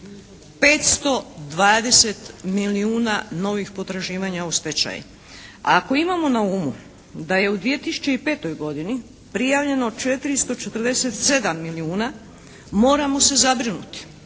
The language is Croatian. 520 milijuna novih potraživanja u stečaj. Ako imamo na umu da je u 2005. godini prijavljeno 447 milijuna, moramo se zabrinuti